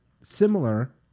similar